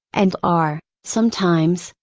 and are, sometimes,